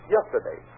Yesterday